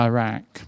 Iraq